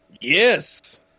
Yes